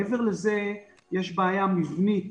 מעבר לזה יש בעיה מבנית